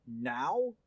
now